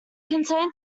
contained